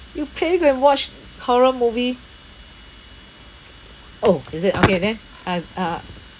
you pay go and watch horror movie orh is it okay then uh uh